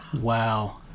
Wow